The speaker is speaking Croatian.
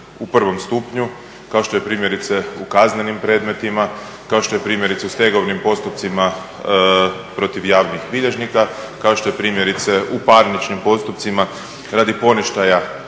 u prvom stupnju kao što je primjerice u kaznenim predmetima, kao što je primjerice u stegovnim postupcima protiv javnih bilježnika, kao što je primjerice u parničnim postupcima radi poništaja